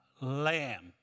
lamb